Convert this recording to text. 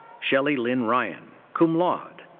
shelly lynn ryan, cum laude.